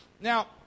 Now